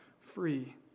free